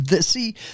see